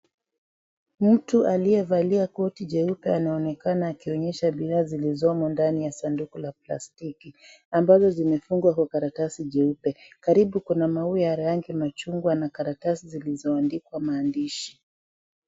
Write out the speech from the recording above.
Mtu aliyevalia koti jeupe anaonekana akionyesha bidhaa zilizomo ndani ya sanduku la plastiki ambazo zimefungwa kwa karatasi jeupe. Karibu kuna maua ya rangi ya michungwa na karatasi zilizoandikwa maandishi.